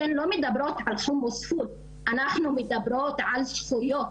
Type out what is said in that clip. אתן לא מדברות על -- אנחנו מדברות על זכויות,